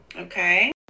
Okay